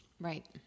Right